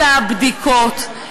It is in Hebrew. אל הבדיקות.